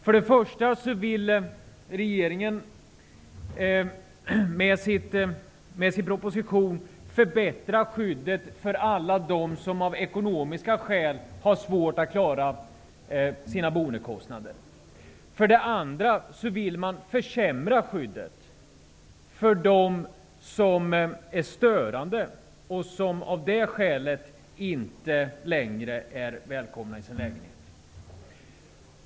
För det första vill regeringen med sin proposition förbättra skyddet för alla dem som av ekonomiska skäl har svårt att klara sina boendekostnader. För det andra vill man försämra skyddet för dem som är störande och som därför inte längre är välkomna i sin lägenhet.